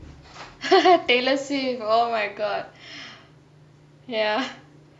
taylor swift oh my god ya